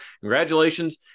congratulations